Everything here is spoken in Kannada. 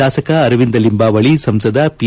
ತಾಸಕ ಅರವಿಂದ ಲಿಂಬಾವಳಿ ಸಂಸದ ಪಿ